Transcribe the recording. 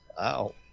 Wow